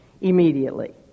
immediately